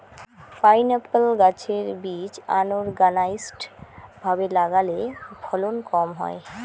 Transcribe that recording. pineapple গাছের বীজ unorganised ভাবে লাগালে ফলন কম হয়